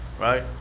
right